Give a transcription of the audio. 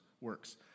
works